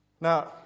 Now